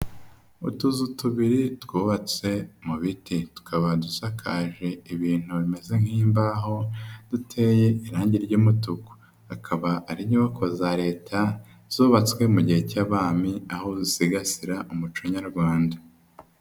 Utuzu tubiri twubatswe mu biti. Tukaba dusakaje ibintu bimeze nk'imbaho, duteye irangi ry'umutuku. Akaba ari inyubako za Leta, zubatswe mu gihe cy'abami, aho dusigasira umuco nyarwanda.